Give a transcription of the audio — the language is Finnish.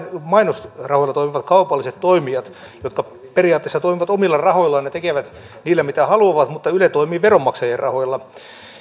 mainosrahoilla toimivat kaupalliset toimijat jotka periaatteessa toimivat omilla rahoillaan ja tekevät niillä mitä haluavat mutta yle toimii veronmaksajien rahoilla